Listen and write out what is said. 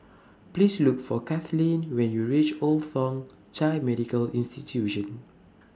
Please Look For Kathleen when YOU REACH Old Thong Chai Medical Institution